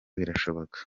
birashoboka